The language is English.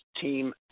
team